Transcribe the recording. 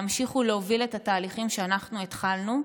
להמשיך ולהוביל את התהליכים שאנחנו התחלנו.